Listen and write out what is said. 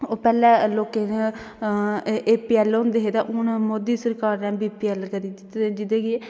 पहले लोकें A PL होंदे हे ते हून मोदी सरकार ने बीपीएल करी दिते जेहदे कि